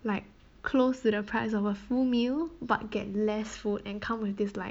like close to the price of a full meal but get less food and come with this like